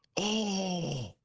oh